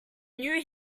you